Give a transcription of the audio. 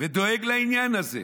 לדאוג לעניין הזה.